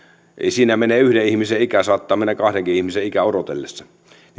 siinä menee yhden ihmisen ikä saattaa mennä kahdenkin ihmisen ikä odotellessa